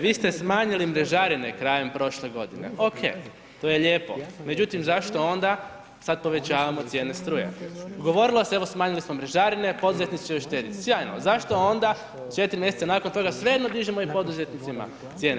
Vi ste smanjili mrežarine krajem prošle godine, OK, to je lijepo, međutim zašto onda sad povećavamo cijene struje, govorilo se evo smanjili smo mrežarine poduzetnici će uštedjeti, sjajno zašto onda 4 mjeseca nakon toga svejedno dižemo i poduzetnicima cijene.